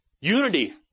unity